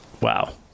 Wow